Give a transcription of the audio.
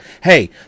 hey